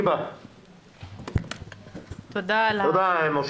תודה משה.